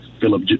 Phillip